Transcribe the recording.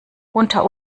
unter